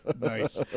Nice